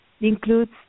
includes